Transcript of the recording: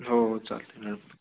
हो हो चालते मॅडम